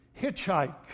hitchhike